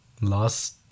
Last